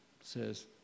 says